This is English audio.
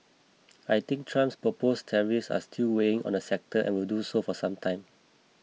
I think Trump's proposed tariffs are still weighing on the sector and will do so for some time